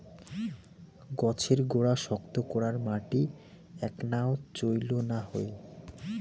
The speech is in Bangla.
গছের গোড়া শক্ত করার মাটি এ্যাকনাও চইল না হই